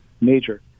major